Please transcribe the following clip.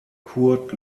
kurt